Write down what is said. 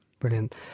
Brilliant